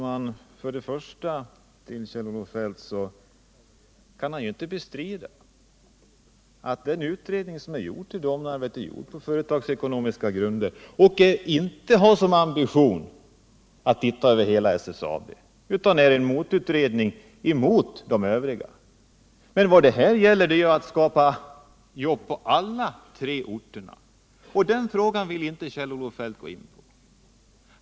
Herr talman! Kjell-Olof Feldt kan inte bestrida att den utredning som gjorts i Domnarvet är gjord på företagsekonomiska grunder. Den har inte som ambition att se över hela SSAB utan är en utredning mot de övriga. Men vad det här gäller är att skapa jobb på alla tre orterna. Den frågan vill Kjell-Olof Feldt inte gå in på.